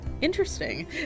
Interesting